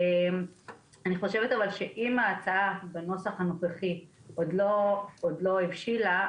אבל אני חושבת שאם ההצעה בנוסח הנוכחי עוד לא הבשילה,